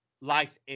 life